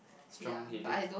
strong headed